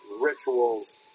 rituals